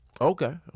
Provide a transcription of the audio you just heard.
Okay